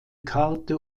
karte